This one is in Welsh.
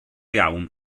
iawn